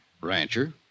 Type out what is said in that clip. Rancher